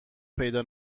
پیدا